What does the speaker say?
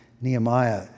Nehemiah